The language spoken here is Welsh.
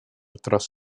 dros